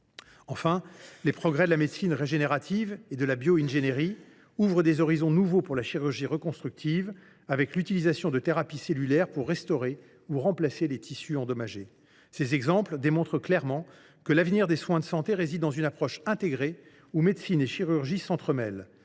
Enfin, les progrès de la médecine régénérative et de la bio ingénierie ouvrent des horizons nouveaux pour la chirurgie reconstructive, avec l’utilisation de thérapies cellulaires pour restaurer ou remplacer les tissus endommagés. Ces exemples démontrent clairement que l’avenir des soins de santé réside dans une approche intégrée, où médecine et chirurgie s’entremêlent